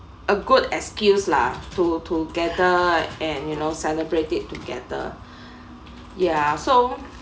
a good excuse lah to to gather and you know celebrate it together ya so